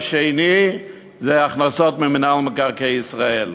והשני זה הכנסות ממינהל מקרקעי ישראל.